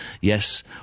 Yes